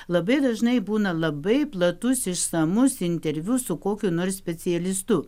labai dažnai būna labai platus išsamus interviu su kokiu nors specialistu